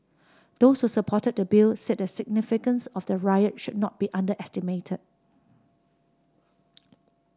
those who supported the Bill said the significance of the riot should not be underestimated